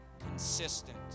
consistent